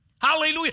Hallelujah